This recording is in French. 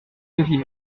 liriez